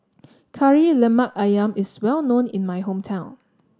Kari Lemak ayam is well known in my hometown